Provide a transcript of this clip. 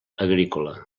agrícola